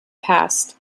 past